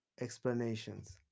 explanations